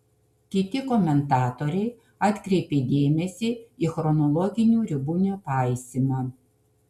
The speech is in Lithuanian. kiti komentatoriai atkreipė dėmesį į chronologinių ribų nepaisymą